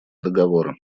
договора